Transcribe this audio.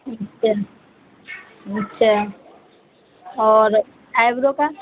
اچھا اور آئیبرو کا